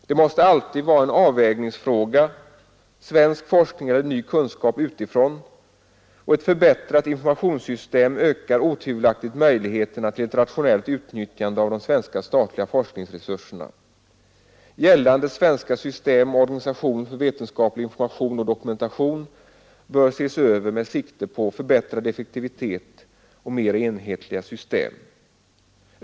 Det måste alltid vara en avvägningsfråga mellan svensk forskning och ny kunskap utifrån, och ett förbättrat informationssystem ökar otvivelaktigt möjligheterna till ett rationellt utnyttjande av de svenska statliga forskningsresurserna. Gällande svenska system och organisation för vetenskaplig information och dokumentation bör ses över med sikte på förbättrad effektivitet och mer enhetliga system.